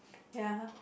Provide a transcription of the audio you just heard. ya